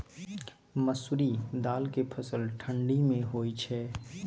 मसुरि दाल के फसल ठंडी मे होय छै?